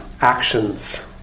actions